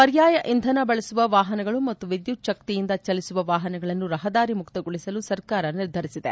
ಪರ್ಯಾಯ ಇಂಧನ ಬಳಸುವ ವಾಹನಗಳು ಮತ್ತು ವಿದ್ಯುಚ್ಚಕ್ತಿಯಿಂದ ಚಲಿಸುವ ವಾಹನಗಳನ್ನು ರಹದಾರಿ ಮುಕ್ತಗೊಳಿಸಲು ಸರ್ಕಾರ ನಿರ್ಧರಿಸಿದೆ